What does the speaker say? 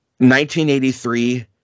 1983